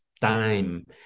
time